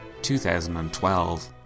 2012